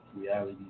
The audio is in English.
Reality